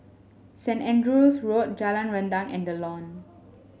Saint Andrew's Road Jalan Rendang and The Lawn